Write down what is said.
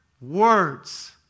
words